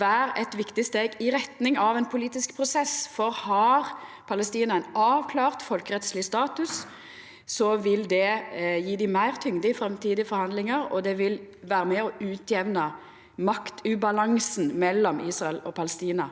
vera eit viktig steg i retning av ein politisk prosess. Har Palestina ein avklart folkerettsleg status, vil det gje dei meir tyngde i framtidige forhandlingar, og det vil vera med på å jamna ut maktubalansen mellom Israel og Palestina.